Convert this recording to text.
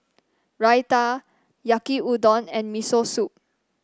Raita Yaki Udon and Miso Soup